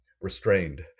restrained